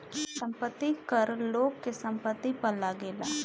संपत्ति कर लोग के संपत्ति पअ लागेला